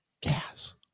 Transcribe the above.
gas